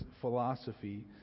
philosophy